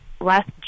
last